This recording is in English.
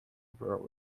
overall